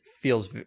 feels